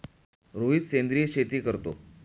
रोहित सेंद्रिय शेती करतो